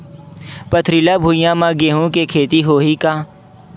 पथरिला भुइयां म गेहूं के खेती होही का?